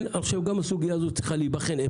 אני חושב שגם הסוגיה הזו צריכה להיבחן.